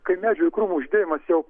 kai medžių ir krūmų žydėjimas jau